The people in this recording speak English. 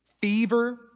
fever